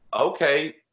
okay